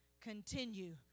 continue